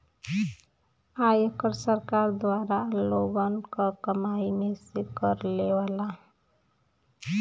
आयकर सरकार द्वारा लोगन क कमाई में से कर लेवला